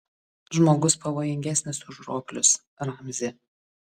žmogus pavojingesnis už roplius ramzi